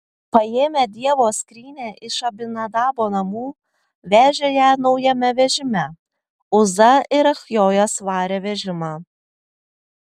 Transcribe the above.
paėmę dievo skrynią iš abinadabo namų vežė ją naujame vežime uza ir achjojas varė vežimą